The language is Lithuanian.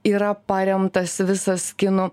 yra paremtas visas kinų